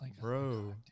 bro